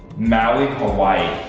maui, hawaii.